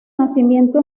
nacimiento